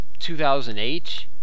2008